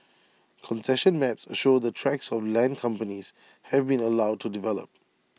concession maps show the tracts of land companies have been allowed to develop